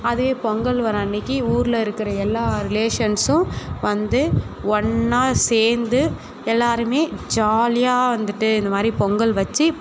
அதே பொங்கல் வர்ற அன்றைக்கி ஊரில் இருக்கிற எல்லா ரிலேஷன்ஸும் வந்து ஒன்றா சேர்ந்து எல்லோருமே ஜாலியாக வந்துட்டு இந்தமாதிரி பொங்கல் வச்சு